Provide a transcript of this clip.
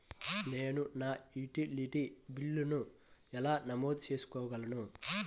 నేను నా యుటిలిటీ బిల్లులను ఎలా నమోదు చేసుకోగలను?